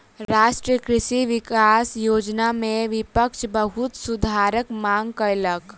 राष्ट्रीय कृषि विकास योजना में विपक्ष बहुत सुधारक मांग कयलक